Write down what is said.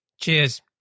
Cheers